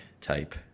type